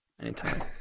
Anytime